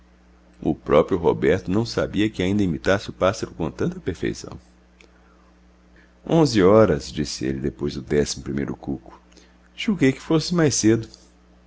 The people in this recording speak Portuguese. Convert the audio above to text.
o próprio roberto não sabia que ainda imitasse o pássaro com tanta perfeição onze horas disse ele depois do décimo primeiro cuco julguei que fosse mais cedo